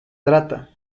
trata